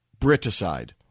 Briticide